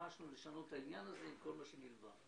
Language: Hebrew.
דרשנו לשנות את העניין הזה וכל מה שנלווה.